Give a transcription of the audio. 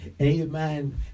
Amen